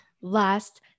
Last